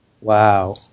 Wow